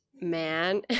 man